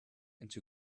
into